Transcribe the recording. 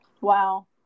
Wow